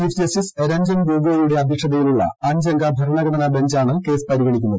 chief justice Ranjan ഗൊഗോയുടെ അദ്ധ്യക്ഷതയിലുള്ള അഞ്ചംഗ ഭരണഘടനാ ബഞ്ചാണ് കേസ് പരിഗണിക്കുന്നത്